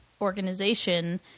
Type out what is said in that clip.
organization